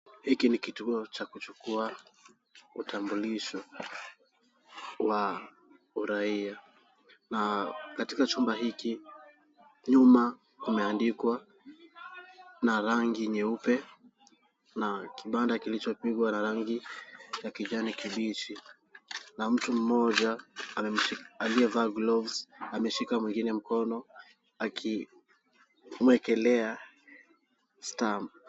Hiki ni kituo cha kuchukua utambulisho wa uraia. Na katika chumba hiki, nyuma kumeandikwa na rangi nyeupe na kibanda kilichopigwa na rangi ya kijani kibichi. Na mtu mmoja, aliyevaa gloves ameshika mwingine mkono, akimuekelea stamp .